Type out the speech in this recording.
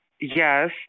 Yes